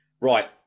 right